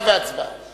כיושב-ראש ועדת הכנסת,